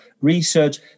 research